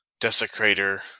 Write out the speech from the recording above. desecrator